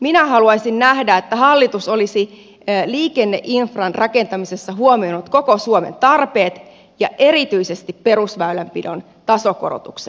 minä haluaisin nähdä että hallitus olisi liikenneinfran rakentamisessa huomioinut koko suomen tarpeet ja erityisesti perusväylänpidon tasokorotuksen